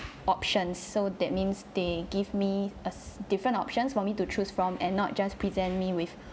options so that means they give me a different options for me to choose from and not just present me with